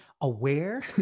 aware